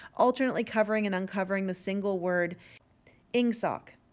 alternately covering and uncovering the single word ingsoc.